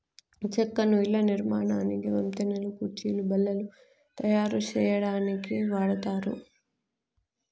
చెక్కను ఇళ్ళ నిర్మాణానికి, వంతెనలు, కుర్చీలు, బల్లలు తాయారు సేయటానికి వాడతారు